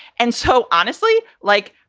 and so, honestly, like,